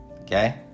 Okay